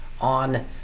on